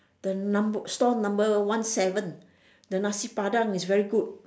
the number store number one seven the nasi-padang is very good